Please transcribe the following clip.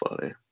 funny